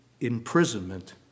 imprisonment